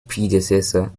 predecessor